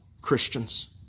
Christians